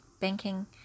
banking